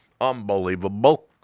Unbelievable